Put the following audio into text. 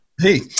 Hey